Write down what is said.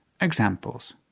Examples